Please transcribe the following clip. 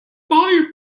fire